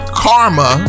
karma